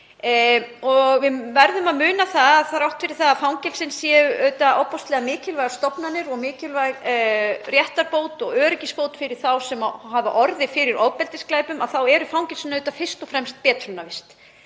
Við verðum að muna það að þrátt fyrir að fangelsin séu ofboðslega mikilvægar stofnanir og mikilvæg réttarbót og öryggisbót fyrir þá sem hafa orðið fyrir ofbeldisglæpum er fangelsisvist fyrst og fremst betrunarvist.